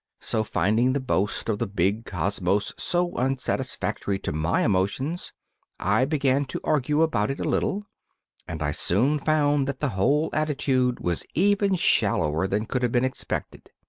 so finding the boast of the big cosmos so unsatisfactory to my emotions i began to argue about it a little and i soon found that the whole attitude was even shallower than could have been expected.